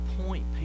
point